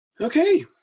Okay